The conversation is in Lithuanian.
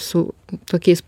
su tokiais